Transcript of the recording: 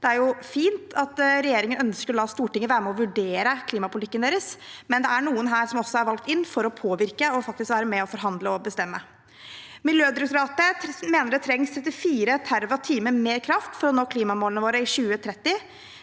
Det er jo fint at regjeringen ønsker å la Stortinget være med og vurdere klimapolitikken deres, men det er noen her som også er valgt inn for å påvirke og faktisk være med og forhandle og bestemme. Miljødirektoratet mener det trengs 34 TWh mer kraft for å nå klimamålene våre i 2030.